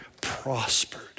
prospered